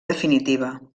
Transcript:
definitiva